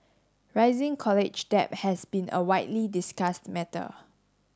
rising college debt has been a widely discussed matter